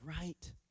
right